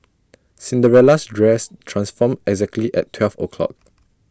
Cinderella's dress transformed exactly at twelve o' clock